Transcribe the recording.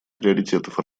приоритетов